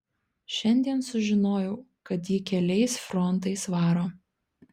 šiandien sužinojau kad ji keliais frontais varo